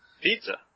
Pizza